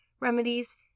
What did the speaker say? remedies